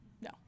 No